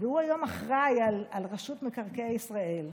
והוא היום אחראי לרשות מקרקעי ישראל,